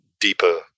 deeper